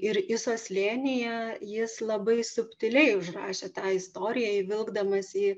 ir isos slėnyje jis labai subtiliai užrašė tą istoriją įvilkdamas į